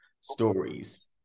stories